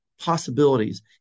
possibilities